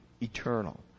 eternal